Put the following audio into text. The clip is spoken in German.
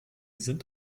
sind